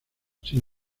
sin